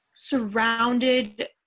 surrounded